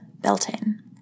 Beltane